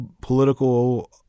political